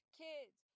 kids